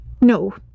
No